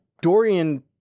Dorian